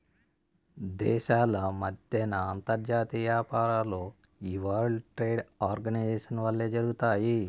దేశాల మద్దెన అంతర్జాతీయ యాపారాలు ఈ వరల్డ్ ట్రేడ్ ఆర్గనైజేషన్ వల్లనే జరగతాయి